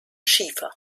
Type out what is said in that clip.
schiefer